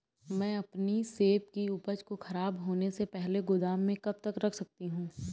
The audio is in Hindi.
मैं अपनी सेब की उपज को ख़राब होने से पहले गोदाम में कब तक रख सकती हूँ?